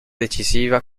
decisiva